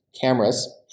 cameras